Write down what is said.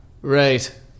Right